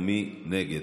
מי נגד?